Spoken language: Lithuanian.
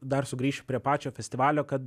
dar sugrįšiu prie pačio festivalio kad